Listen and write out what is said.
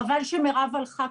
חבל שמירב הלכה,